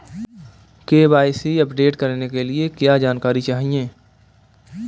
KYC update करने के लिए क्या जानकारी चाहिए?